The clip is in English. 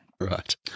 Right